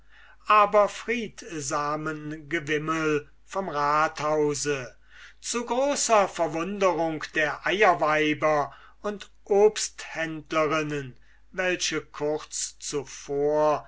aber friedsamen gewimmel vom rathause zu großer verwunderung der eierweiber und obsthändlerinnen welche kurz zuvor